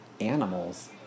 animals